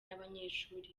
n’abanyeshuri